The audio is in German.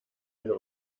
eine